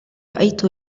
رأيت